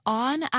on